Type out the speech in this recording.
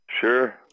Sure